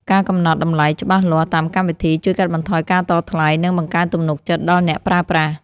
ការកំណត់តម្លៃច្បាស់លាស់តាមកម្មវិធី ជួយកាត់បន្ថយការតថ្លៃ និងបង្កើនទំនុកចិត្តដល់អ្នកប្រើប្រាស់។